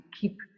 keep